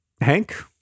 Hank